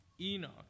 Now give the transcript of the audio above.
Enoch